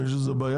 יש עם זה בעיה?